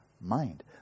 mind